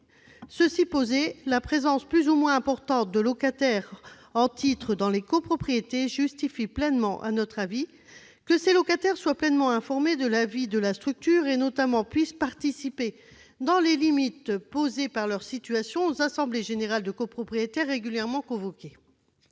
Cela étant, la présence plus ou moins importante de locataires en titre dans les copropriétés justifie, à notre avis, que ceux-ci soient pleinement informés de la vie de la structure et puissent notamment participer, dans les limites posées par leur situation, aux assemblées générales de copropriétaires régulièrement convoquées.